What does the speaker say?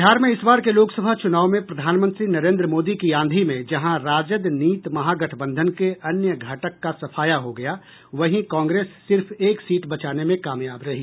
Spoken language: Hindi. बिहार में इस बार के लोकसभा चुनाव में प्रधानमंत्री नरेंद्र मोदी की आंधी में जहां राजद नीत महागठबंधन के अन्य घटक का सफाया हो गया वहीं कांग्रेस सिर्फ एक सीट बचाने में कामयाब रही